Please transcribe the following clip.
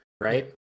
right